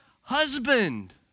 husband